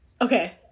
okay